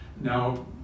Now